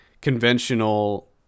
conventional